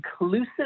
Inclusive